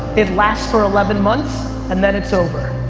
it lasts for eleven months and then it's over.